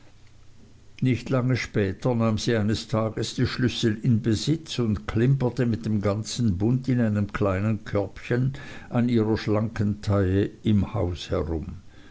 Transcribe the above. nicht lange später nahm sie eines tages die schlüssel in besitz und klimperte mit dem ganzen bund in einem kleinen körbchen an ihrer schlanken taille im hause herum